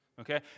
Okay